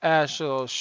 actual